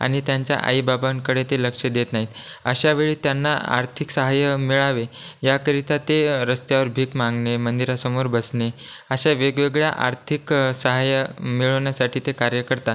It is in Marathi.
आणि त्यांच्या आईबाबांकडे ते लक्ष देत नाहीत अशावेळी त्यांना आर्थिक सहाय्य मिळावे याकरिता ते रस्त्यावर भीक मागणे मंदिरासमोर बसणे अशा वेगवेगळ्या आर्थिक सहाय्य मिळवण्यासाठी ते कार्य करतात